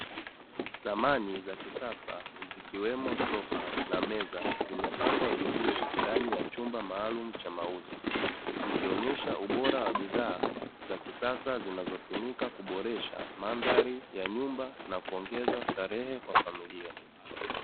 Samani za kisasa, zikiwemo sofa na meza zimepangwa vizuri ndani ya chumba maalumu cha mauzo, zikionyesha ubora wa bidhaa za kisasa zinazotumika kuboresha mandhari ya nyumba na kuongeza starehe kwa familia.